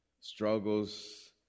struggles